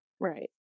Right